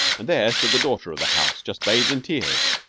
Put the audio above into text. and there stood the daughter of the house, just bathed in tears